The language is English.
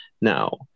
now